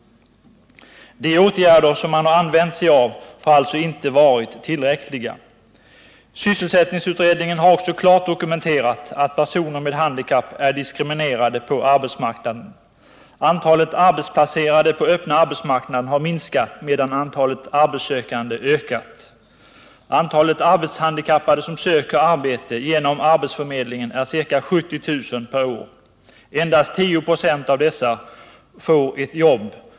De åtgärder som man har använt sig av har alltså inte varit tillräckliga. Sysselsättningsutredningenhar också klart dokumenterat att personer med handikapp är diskriminerade på arbetsmarknaden. Antalet arbetsplacerade på den öppna arbetsmarknaden har minskat, medan antalet arbetssökande ökat. Antalet arbetshandikappade som söker arbete genom arbetsförmedlingen är ca 70 000 per år. Endast 10 96 av dessa får ett jobb.